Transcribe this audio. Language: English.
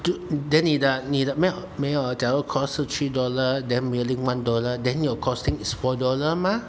就 then 你的你的没有假如 cost 是 three dollar then mailing one dollar then 你的 costing is four dollar mah